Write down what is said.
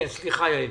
סליחה, יעל.